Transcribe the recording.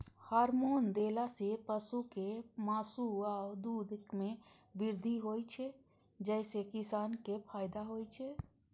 hormone देला सं पशुक मासु आ दूध मे वृद्धि होइ छै, जइसे किसान कें फायदा होइ छै